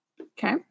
Okay